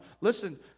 Listen